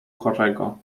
chorego